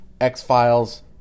X-Files